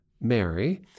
Mary